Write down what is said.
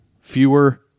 Fewer